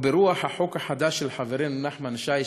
או ברוח החוק החדש של חברנו נחמן שי,